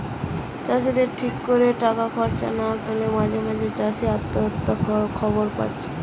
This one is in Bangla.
চাষিদের ঠিক কোরে টাকা খরচ না পেলে মাঝে মাঝে চাষি আত্মহত্যার খবর পাচ্ছি